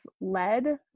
led